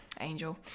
Angel